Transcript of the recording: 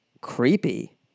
creepy